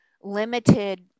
limited